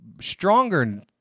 stronger